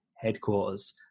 headquarters